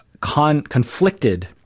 conflicted